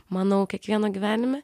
manau kiekvieno gyvenime